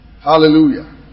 Hallelujah